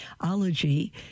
Ology